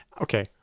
okay